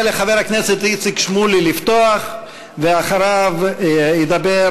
לחבר הכנסת איציק שמולי לפתוח, ואחריו ידבר